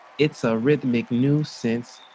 it's a rhythmic new sense,